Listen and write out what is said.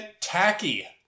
tacky